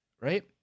right